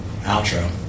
outro